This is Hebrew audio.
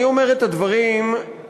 אני אומר את הדברים בצער,